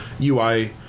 UI